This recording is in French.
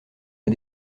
est